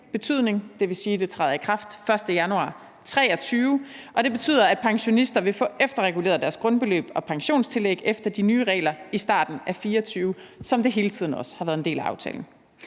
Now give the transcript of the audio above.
betydning. Det vil sige, at det træder i kraft den 1. januar 2023, og det betyder, at pensionister vil få efterreguleret deres grundbeløb og pensionstillæg efter de nye regler i starten af 2024, sådan som det også hele tiden har været en del af aftalen.